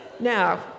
Now